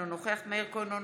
אינו נוכח מאיר כהן,